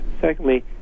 Secondly